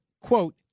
quote